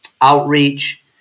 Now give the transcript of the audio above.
outreach